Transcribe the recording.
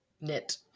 knit